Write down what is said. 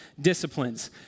disciplines